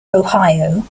ohio